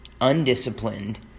undisciplined